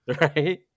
right